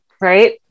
right